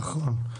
נכון.